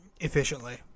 efficiently